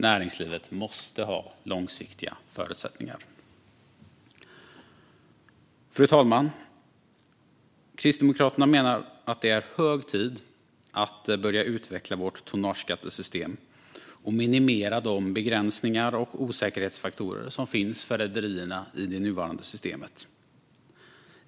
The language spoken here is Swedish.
Näringslivet måste ha långsiktiga förutsättningar. Fru talman! Kristdemokraterna menar att det är hög tid att börja utveckla vårt tonnageskattesystem och minimera de begräsningar och osäkerhetsfaktorer som finns för rederierna i det nuvarande systemet.